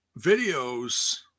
videos